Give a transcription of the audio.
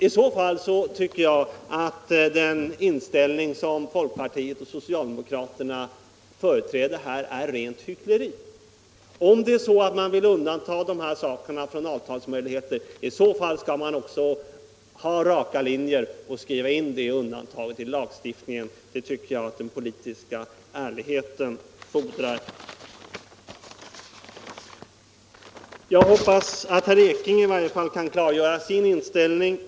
I så fall tycker jag att den inställning som folkpartisterna och socialdemokraterna här företräder innebär rent hyckleri. Om man vill göra ett sådant undantag ifrån avtalsmöjligheterna bör man också ha raka linjer och skriva in det undantaget i lagstiftningen. Det tycker jag att den politiska ärligheten fordrar. Jag hoppas att i varje fall herr Ekinge kan klargöra sin inställning.